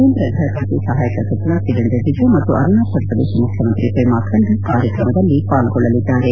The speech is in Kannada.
ಕೇಂದ್ರ ಗೃಹ ಖಾತೆ ಸಹಾಯಕ ಸಚಿವ ಕಿರೆನ್ ರಿಜಿಜು ಮತ್ತು ಅರುಣಾಚಲ ಪ್ರದೇಶ ಮುಖ್ಯಮಂತ್ರಿ ಪಮಾ ಖಂಡು ಕಾರ್ಯಕ್ರಮದಲ್ಲಿ ಪಾಲ್ಗೊಳ್ಳಲಿದ್ದಾರೆ